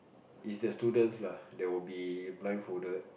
is the students lah they will be blindfolded